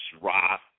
rock